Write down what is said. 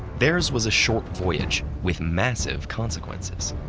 theirs was a short voyage with massive consequences.